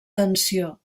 tensió